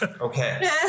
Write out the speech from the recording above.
Okay